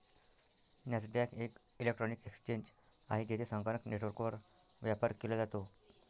Nasdaq एक electronic exchange आहे, जेथे संगणक नेटवर्कवर व्यापार केला जातो